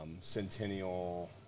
Centennial